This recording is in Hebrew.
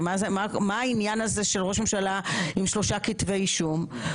הרי מה העניין הזה של ראש ממשלה עם שלושה כתבי אישום?